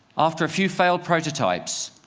after a few failed prototypes,